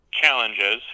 challenges